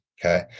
Okay